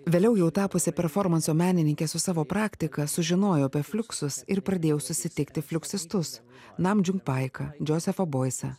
vėliau jau tapusi performanso menininke su savo praktika sužinojau apie fliuksus ir pradėjau susitikti fliuksistus nam žiumpaiką džozefą boisą